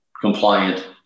compliant